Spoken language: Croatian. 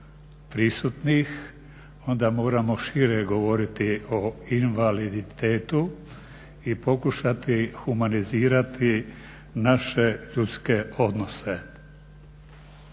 prisutnih onda moramo šire govoriti o invaliditetu i pokušati humanizirati naše ljudske odnose.